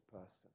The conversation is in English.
person